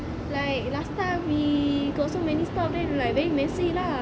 like last time we got so many stuff then like very messy lah